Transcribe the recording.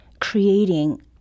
creating